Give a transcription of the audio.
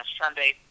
Sunday